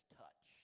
touch